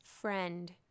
friend